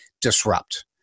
disrupt